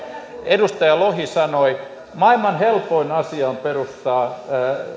edustaja lohi sanoi maailman helpoin asia on perustaa